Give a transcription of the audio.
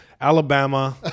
alabama